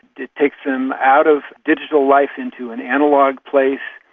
it takes them out of digital life into an analogue place,